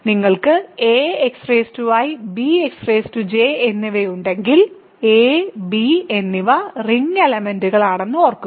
നിങ്ങൾക്ക് axi bxj എന്നിവ ഉണ്ടെങ്കിൽ a b എന്നിവ റിങ്ങിന്റെ എലെമെന്റുകളാണെന്ന് ഓർമ്മിക്കുക